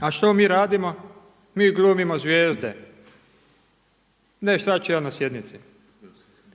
A što mi radimo? Mi glumimo zvijezde, ne šta ću ja na sjednici,